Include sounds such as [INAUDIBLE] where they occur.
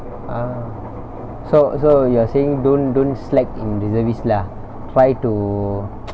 ah so so you're saying don't don't slack in reservist lah try to [NOISE]